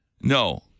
No